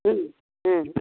ᱦᱩᱸ ᱦᱮᱸ